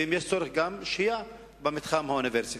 ואם יש צורך גם שהייה במתחם האוניברסיטה?